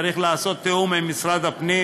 צריך לעשות תיאום עם משרד הפנים.